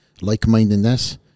like-mindedness